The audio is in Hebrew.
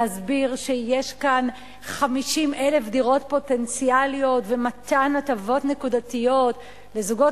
להסביר שיש כאן 50,000 דירות פוטנציאליות ומתן הטבות נקודתיות לזוגות